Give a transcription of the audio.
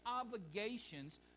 obligations